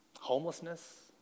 homelessness